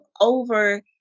over